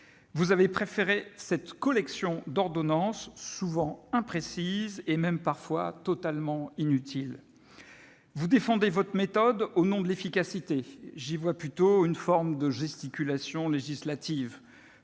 Vous avez préféré une collection d'ordonnances souvent imprécises et même parfois totalement inutiles. Vous défendez votre méthode au nom de l'efficacité. J'y vois plutôt une forme de gesticulation législative.